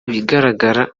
bigaragara